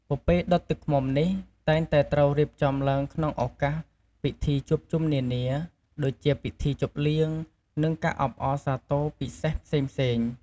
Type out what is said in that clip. ពពែដុតទឹកឃ្មុំនេះ តែងតែត្រូវរៀបចំឡើងក្នុងឱកាសពិធីជួបជុំនានា ដូចជាពិធីជប់លៀង និងការអបអរសាទរពិសេសផ្សេងៗ។